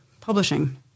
publishing